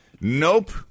Nope